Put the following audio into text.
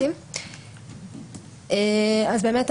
בבקשה.